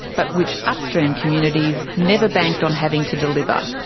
but which upstream communities never banked on having to deliver.